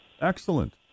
Excellent